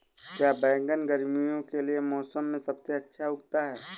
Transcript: क्या बैगन गर्मियों के मौसम में सबसे अच्छा उगता है?